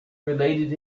related